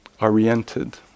oriented